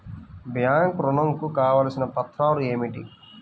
Bank ఋణం కు కావలసిన పత్రాలు ఏమిటి?